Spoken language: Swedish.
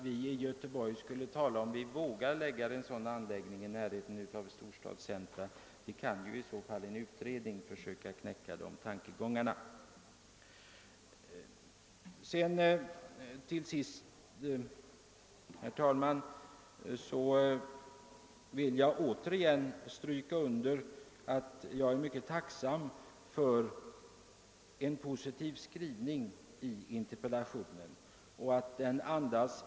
En utredning skulle väl kunna klargöra om det är tillrådligt att ha en sådan anläggning i närheten av en storstad. Jag vill åter understryka att jag är mycket tacksam för den positiva skrivningen i interpellationssvaret.